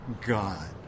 God